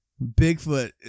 Bigfoot